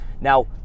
Now